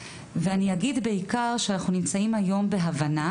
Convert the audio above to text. אנחנו נמצאים היום בהבנה